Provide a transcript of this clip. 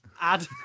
add